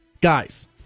Guys